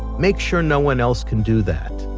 make sure no one else can do that.